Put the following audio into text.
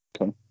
Okay